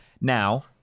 Now